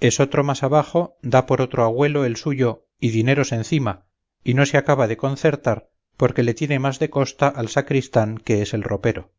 esotro más abajo da por otro agüelo el suyo y dineros encima y no se acaba de concertar porque le tiene más de costa al sacristán que es el ropero